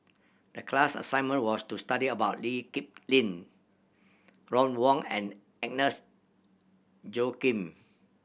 the class assignment was to study about Lee Kip Lin Ron Wong and Agnes Joaquim